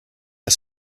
are